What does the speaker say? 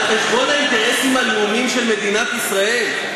על חשבון האינטרסים הלאומיים של מדינת ישראל?